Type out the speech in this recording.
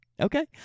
Okay